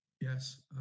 Yes